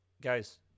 guys